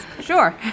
Sure